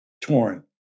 torn